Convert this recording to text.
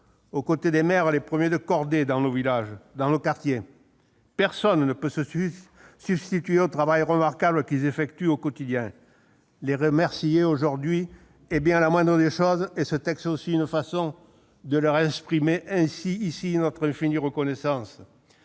aux côtés des maires, « les premiers de cordée », dans nos villages, dans nos quartiers. Personne ne peut se substituer au travail remarquable qu'ils effectuent au quotidien. Les remercier aujourd'hui est bien la moindre des choses et ce texte est aussi une façon de leur exprimer notre infinie reconnaissance.